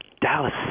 Dallas